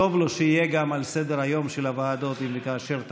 טוב לו שיהיה גם על סדר-היום של הוועדות אם וכאשר תקומנה.